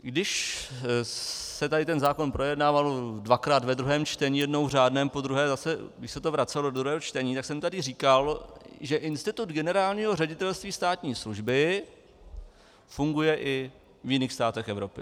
Když se tady ten zákon projednával dvakrát ve druhém čtení, jednou v řádném, podruhé zase když se to vracelo do druhého čtení, tak jsem tady říkal, že institut Generálního ředitelství státní služby funguje i v jiných státech Evropy.